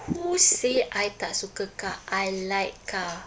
who said I tak suka car I like car